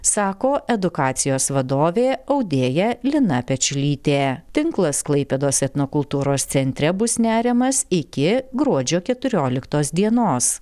sako edukacijos vadovė audėja lina pečiulytė tinklas klaipėdos etnokultūros centre bus neriamas iki gruodžio keturioliktos dienos